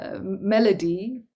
melody